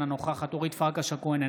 אינה נוכחת אורית פרקש הכהן,